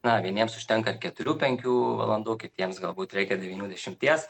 na vieniems užtenka ir keturių penkių valandų kitiems galbūt reikia devynių dešimties